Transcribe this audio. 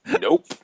Nope